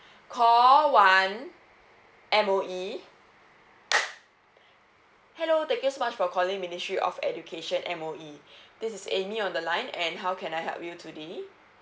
call one M_O_E hello thank you so much for calling ministry of education M_O_E this is A M Y on the line and how can I help you today